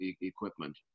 equipment